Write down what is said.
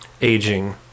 aging